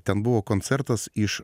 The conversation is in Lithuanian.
ten buvo koncertas iš